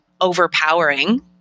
overpowering